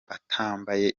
atambaye